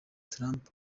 trump